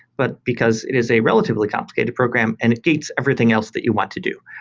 but because it is a relatively complicated program and it gates everything else that you want to do.